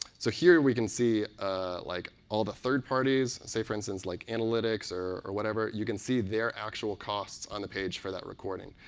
so here we can see ah like all the third parties, say, for instance, like analytics or or whatever. you can see their actual costs on the page for that recording.